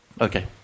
Okay